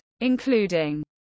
including